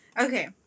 Okay